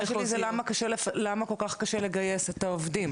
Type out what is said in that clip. השאלה שלי היא למה כל כך קשה לגייס את העובדים?